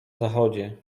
zachodzie